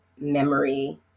memory